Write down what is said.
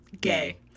Gay